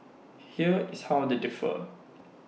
here is how they differ